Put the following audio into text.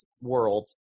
world